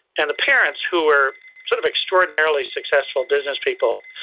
and the parents who are sort of extraordinarily successful business people,